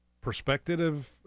perspective